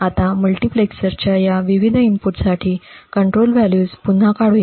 आता मल्टीप्लेक्सरच्या या विविध इनपुटसाठी कंट्रोल व्हॅल्यूज पुन्हा काढूया